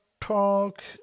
talk